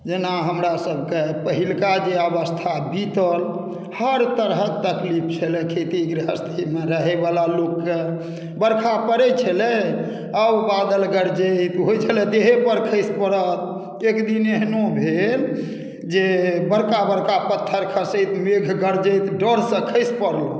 जेना हमरा सभकेँ पहिलका जे अवस्था बीतल हर तरहक तकलीफ छलै खेती गृहस्थीमे रहै बला लोककेँ बरखा पड़ैत छलै आ ओ बादल गरजै होइत छलै देहे पर खसि पड़त एक दिन एहनो भेल जे बड़का बड़का पत्थर खसैत मेघ गरजैत डरसँ खसि पड़लहुँ